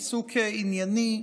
עיסוק ענייני,